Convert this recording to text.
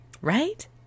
Right